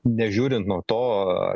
nežiūrint nuo to